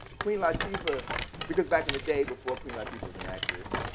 queen latifah because back in the day before queen latifah was an actress,